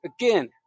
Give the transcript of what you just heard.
Again